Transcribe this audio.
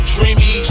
Dreamy